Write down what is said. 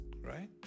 right